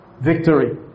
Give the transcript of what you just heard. victory